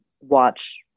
watch